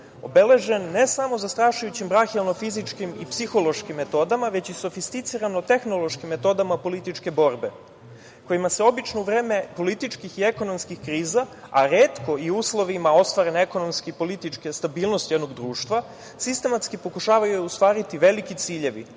obeležen ne samo zastrašujućim brahijalno fizičkim i psihološkim metodama, već i sofisticirano tehnološkim metodama političke borbe kojima se obično u vreme političkih i ekonomskih kriza, a retko i u uslovima ostvarene ekonomske i političke stabilnosti jednog društva sistematski pokušavaju ostvariti veliki ciljevi